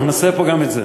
אנחנו נעשה פה גם את זה.